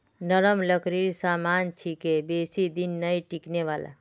नरम लकड़ीर सामान छिके बेसी दिन नइ टिकने वाला